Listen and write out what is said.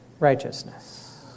Righteousness